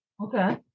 Okay